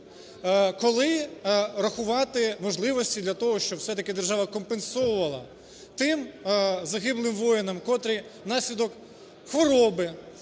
коли рахувати можливості для того, щоб все-таки держава компенсовувала тим загиблим воїнам, котрі внаслідок хвороби